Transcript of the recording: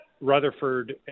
Rutherford